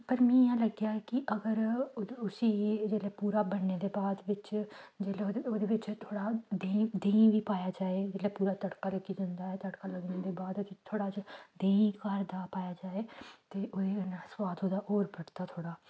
पर मी इ'यां लग्गेआ कि अगर उद उस्सी जेल्लै पूरा बनने दे बाद बिच्च जेल्लै ओह्द ओह्दे बिच्च थोह्ड़ा देहीं देहीं बी पाएआ जाए जेल्लै पूरा तड़का लगी जंदा ऐ तड़का लग्गने दे बाद थोह्ड़ा जेहा देही घर दा पाएआ जाए ते ओह्दे कन्नै सुआद ओह्दा होर बधदा थोह्ड़ा